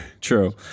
true